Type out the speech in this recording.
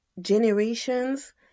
generations